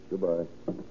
Goodbye